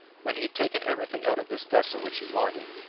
when he had taken everything out of this vessel which he wanted,